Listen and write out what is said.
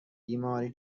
بیماری